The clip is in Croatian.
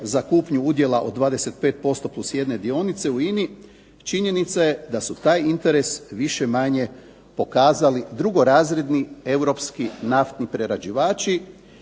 za kupnju udjela od 25% plus jedne dionice u INA-i. Činjenica je da su taj interes više manje pokazali drugorazredni europski naftni prerađivači